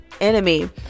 enemy